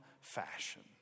fashion